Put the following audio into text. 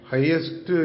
Highest